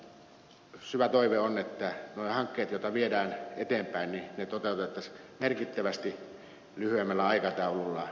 tältä osin syvä toive on että nuo hankkeet joita viedään eteenpäin toteutettaisiin merkittävästi lyhyemmällä aikataululla